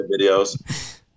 videos